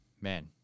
man